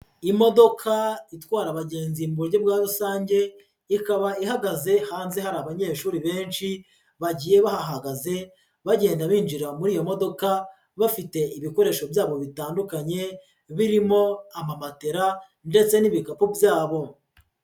Imodoka itwara abagenzi mu buryo bwa rusange, ikaba ihagaze hanze hari abanyeshuri benshi bagiye bahahagaze, bagenda binjira muri iyo modoka, bafite ibikoresho byabo bitandukanye birimo amamatela ndetse n'ibikapu byabo.